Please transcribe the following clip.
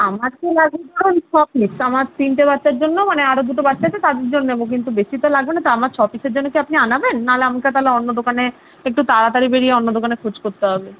আমার তো লাগবে ধরুন ছ পিস আমার তিনটে বাচ্চার জন্য মানে আরো দুটো বাচ্চা আছে তাদের জন্য নেবো কিন্তু বেশি তো লাগবে না তো আমার ছ পিসের জন্য কি আপনি আনাবেন নাহলে আমাকে তাহলে অন্য দোকানে একটু তাড়াতাড়ি বেরিয়ে অন্য দোকানে খোঁজ করতে হবে